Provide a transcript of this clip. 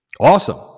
Awesome